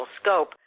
scope